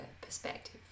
perspective